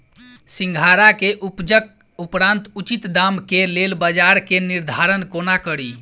सिंघाड़ा केँ उपजक उपरांत उचित दाम केँ लेल बजार केँ निर्धारण कोना कड़ी?